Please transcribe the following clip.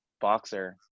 boxer